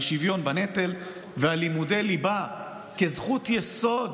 על שוויון בנטל ועל לימודי ליבה כזכות יסוד